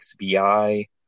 XBI